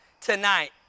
tonight